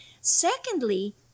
secondly